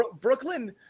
Brooklyn